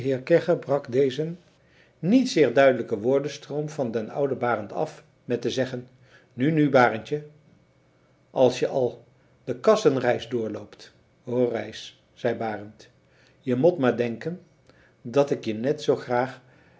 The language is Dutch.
brak dezen niet zeer duidelijken woordenstroom van den ouden barend af met te zeggen nu nu barendje als je al de kassen reis doorloopt hoor reis zei barend je mot maar denken dat ik je net zoo graag